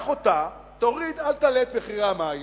אל תעלה את מחירי המים,